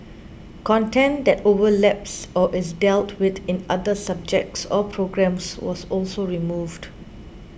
content that overlaps or is dealt with in other subjects or programmes was also removed